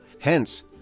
Hence